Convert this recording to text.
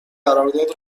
قرارداد